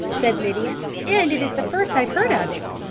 said lydia, and it is the first i've heard of it.